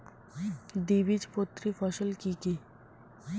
দ্বিবীজপত্রী ফসল কি কি?